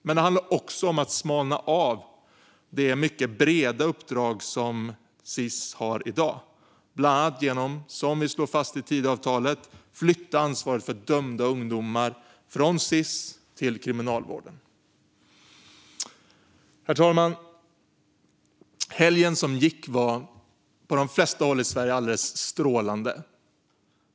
Men det handlar också om att smalna av det mycket breda uppdrag som Sis har i dag, bland annat genom att flytta ansvaret för dömda ungdomar från Sis till Kriminalvården - något som vi slår fast i Tidöavtalet. Herr talman! Helgen som gick var på de flesta håll i Sverige alldeles strålande.